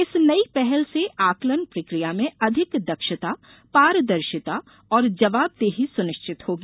इस नई पहल से आकलन प्रक्रिया में अधिक दक्षता पारदर्शिता और जवाबदेही सुनिश्चित होगी